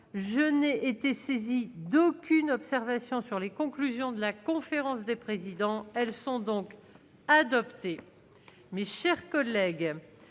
je n'ai été saisi d'aucune observation sur les conclusions de la conférence des présidents, elles sont donc adopté mais, chers collègues,